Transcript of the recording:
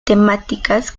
temáticas